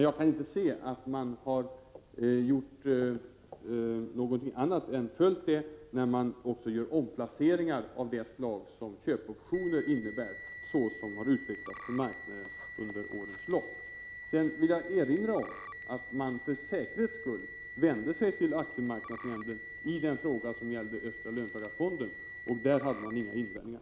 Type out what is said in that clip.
Jag kan inte se att man inte följt detta också när "man gjort omplaceringar av det slag som köpoptioner innebär, dessa som har utvecklats på marknaden under senare år. Vidare vill jag erinra om att man för säkerhets skull vände sig till aktiemarknadsnämnden i den fråga som gällde Östra löntagarfonden, och där hade man inga invändningar.